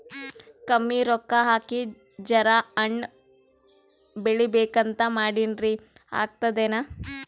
ಕಮ್ಮಿ ರೊಕ್ಕ ಹಾಕಿ ಜರಾ ಹಣ್ ಬೆಳಿಬೇಕಂತ ಮಾಡಿನ್ರಿ, ಆಗ್ತದೇನ?